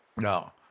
no